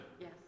Yes